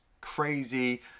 crazy